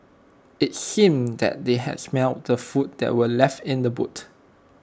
IT seemed that they had smelt the food that were left in the boot